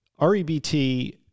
REBT